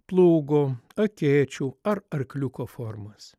plūgo akėčių ar arkliuko formos